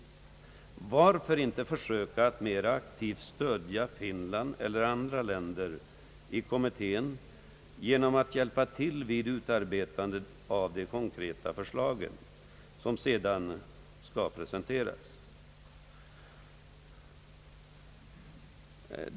Varför inte försöka att mera aktivt stödja Finland eller andra länder i kommittén genom att hjälpa till vid utarbetandet av de konkreta förslag som sedan skall presenteras?